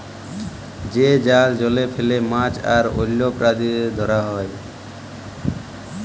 যে জাল জলে ফেলে মাছ আর অল্য প্রালিদের ধরা হ্যয়